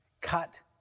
cut